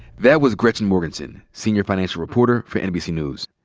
that was gretchen morgenson, senior financial reporter for nbc news.